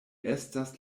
estas